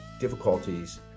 difficulties